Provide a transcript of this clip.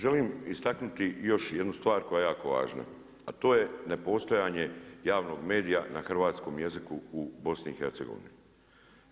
Želim istaknuti još jednu stvar koja je jako važna a to je nepostojanje javnog medija na hrvatskom jeziku u BiH-a.